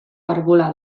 arbola